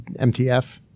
MTF